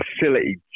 facility